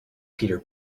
peter